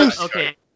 Okay